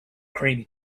creamy